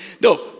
No